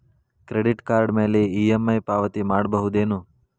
Credit card ಮ್ಯಾಲೆ EMI ಪಾವತಿ ಮಾಡ್ಬಹುದೇನು?